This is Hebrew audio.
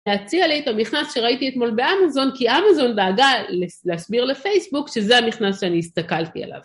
להציע לי את המכנס שראיתי אתמול באמזון, כי אמזון דאגה להסביר לפייסבוק שזה המכנס שאני הסתכלתי עליו.